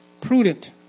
prudent